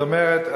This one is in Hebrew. זאת אומרת,